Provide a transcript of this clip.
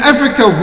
Africa